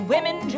Women